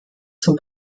zum